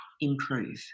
improve